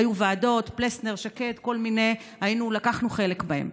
היו ועדות: פלסנר, שקד כל מיני, לקחנו חלק בהן.